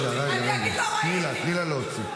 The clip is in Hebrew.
50 שניות.